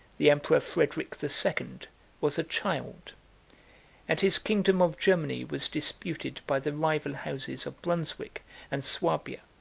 the emperor frederic the second was a child and his kingdom of germany was disputed by the rival houses of brunswick and swabia,